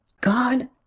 god